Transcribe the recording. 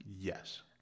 Yes